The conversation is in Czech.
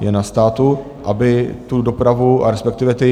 Je na státu, aby tu dopravu a respektive ta